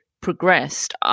progressed